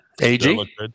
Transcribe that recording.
AG